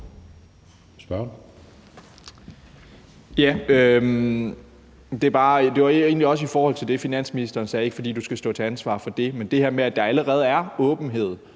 spørgsmål